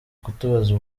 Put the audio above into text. kutubaza